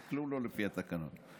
כלום לא לפי התקנון.